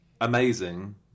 amazing